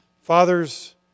Fathers